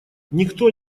никто